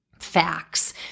Facts